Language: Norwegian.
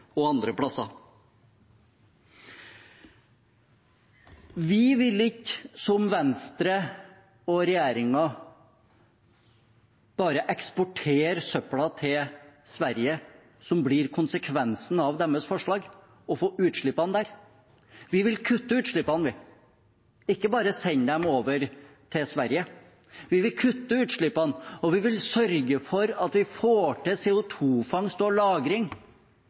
og andre steder. Vi vil ikke, som Venstre og regjeringen, bare eksportere søpla til Sverige, som blir konsekvensen av deres forslag, og få utslippene der. Vi vil kutte utslippene, vi, ikke bare sende dem over til Sverige. Vi vil kutte utslippene, og vi vil sørge for at vi får til CO 2 -fangst og